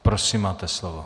Prosím, máte slovo.